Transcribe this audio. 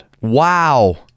Wow